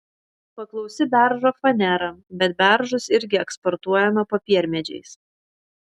paklausi beržo fanera bet beržus irgi eksportuojame popiermedžiais